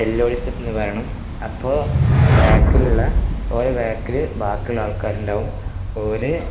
എല്ലോടി step എന്നു പറയണം അപ്പോള് ബാക്കിലുള്ള ഓരെ ബാക്കില് ബാക്കിയുള്ള ആൾക്കാരുണ്ടാവും ഓര്